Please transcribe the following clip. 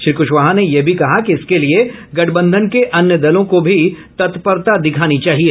श्री कुशवाहा ने यह भी कहा कि इसके लिए गठबंधन के अन्य दलों को भी तत्परता दिखानी चाहिए